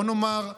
בוא נאמר,